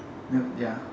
no ya